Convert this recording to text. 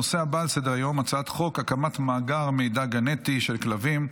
הנושא הבא על סדר-היום: הצעת חוק הקמת מאגר מידע גנטי של כלבים,